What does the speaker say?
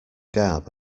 garb